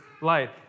light